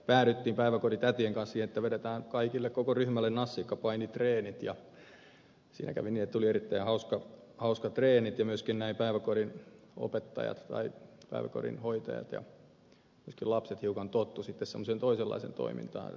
päädyttiin päiväkodin tätien kanssa siihen että vedetään kaikille koko ryhmälle nassikkapainitreenit ja siinä kävi niin että oli erittäin hauskat treenit ja näin päiväkodin hoitajat ja myöskin lapset hiukan tottuivat semmoiseen toisenlaiseen toimintaan